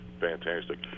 fantastic